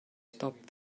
stop